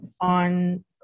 on